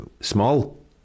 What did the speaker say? small